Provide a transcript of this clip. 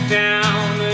down